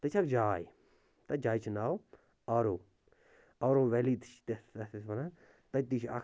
تتہِ چھِ اَکھ جاے تَتھ جایہِ چھِ ناو آرو آرو ویلی تہِ چھِ تَتھ أسۍ وَنان تٔتی چھِ اَکھ